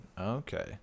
Okay